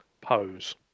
pose